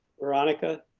veronica,